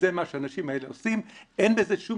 כותרת השוליים של סעיף 15 לחוק זכות יוצרים היא: "העמדה לרשות